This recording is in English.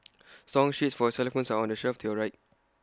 song sheets for xylophones are on the shelf to your right